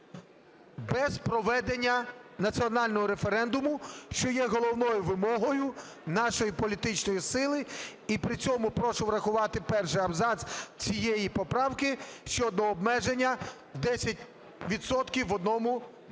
без проведення національного референдуму", що є головною вимогою нашої політичної сили. І при цьому прошу врахувати перший абзац цієї поправки щодо обмеження 10 відсотків